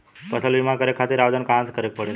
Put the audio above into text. फसल बीमा करे खातिर आवेदन कहाँसे करे के पड़ेला?